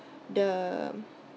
the